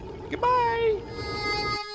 Goodbye